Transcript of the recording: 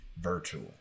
virtual